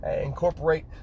incorporate